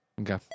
Okay